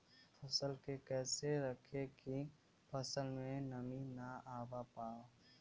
फसल के कैसे रखे की फसल में नमी ना आवा पाव?